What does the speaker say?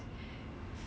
also say !wah! 妹